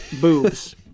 Boobs